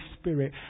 Spirit